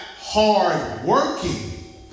hardworking